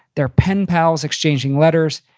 they're pen pals, exchanging letters.